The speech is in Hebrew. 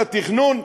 את התכנון,